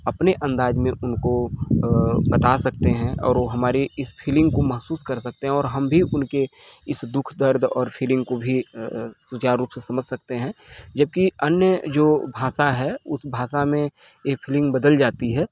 अपने अंदाज में उनको अ बता सकते हैं और वो हमारे इस फीलिंग को महसूस कर सकते हैं और हम भी उनके इस दुख दर्द और फीलिंग को भी अ अ सुचारू रूप से समझ सकते हैं जबकि अन्य जो भाषा है उस भाषा में यह फीलिंग बदल जाती है